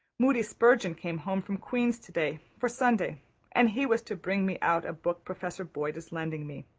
moody spurgeon came home from queen's today for sunday and he was to bring me out a book professor boyd is lending me.